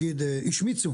השמיצו